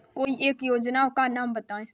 कोई एक योजना का नाम बताएँ?